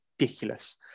ridiculous